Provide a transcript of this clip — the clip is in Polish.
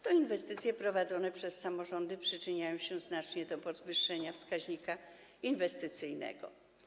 To inwestycje prowadzone przez samorządy przyczyniają się znacznie do podwyższenia wskaźnika inwestycyjnego.